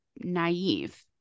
naive